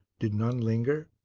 did none linger?